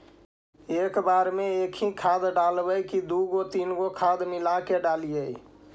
एक बार मे एकही खाद डालबय की दू तीन गो खाद मिला के डालीय?